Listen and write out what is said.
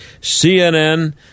CNN